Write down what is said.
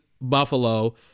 Buffalo